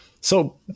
So-